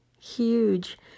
huge